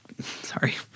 sorry